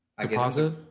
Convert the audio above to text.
Deposit